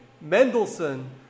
Mendelssohn